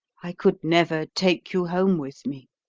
i could never take you home with me.